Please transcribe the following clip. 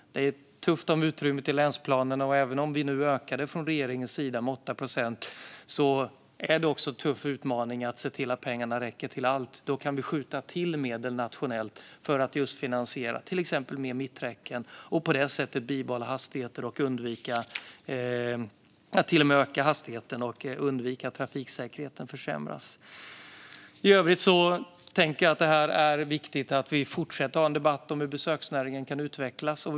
Det är tufft om utrymmet i länsplanerna. Även om vi nu ökade från regeringens sida med 8 procent är det en tuff utmaning att se till att pengarna räcker till allt. Då kan vi skjuta till medel nationellt för att finansiera till exempel fler mitträcken och på det sättet bibehålla eller till och med öka hastigheten och samtidigt undvika att trafiksäkerheten försämras. I övrigt anser jag att det är viktigt att vi fortsätter att ha en debatt om hur besöksnäringen kan utvecklas.